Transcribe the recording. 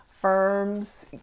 Firms